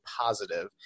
positive